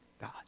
God